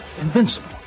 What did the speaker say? invincible